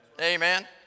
Amen